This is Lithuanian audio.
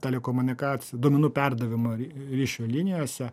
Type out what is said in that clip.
telekomunikacijų duomenų perdavimo ryšio linijose